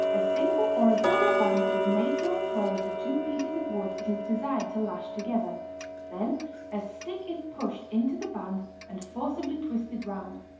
a single or a double band is made to enclose the two pieces of wood it is desired to lash together then a stick is pushed into the band and forcibly twisted round.